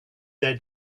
their